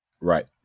Right